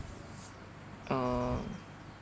uh